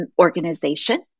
organization